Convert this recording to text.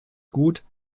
gut